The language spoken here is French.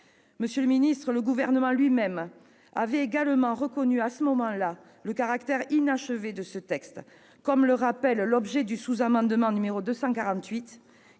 Monsieur le ministre, le Gouvernement lui-même avait également alors reconnu le caractère inachevé de ce texte. Comme l'indique l'objet du sous-amendement n° 248,